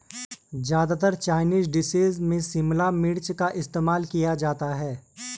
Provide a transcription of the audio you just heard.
ज्यादातर Chinese dishes में शिमला मिर्च का इस्तेमाल किया जाता है